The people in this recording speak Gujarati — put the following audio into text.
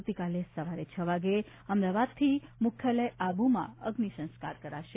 આવતીકાલે સવારે છ વાગે અમદાવાદથી મુખ્યાલય આબુમાં અગ્નિસંસ્કાર કરાશે